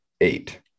eight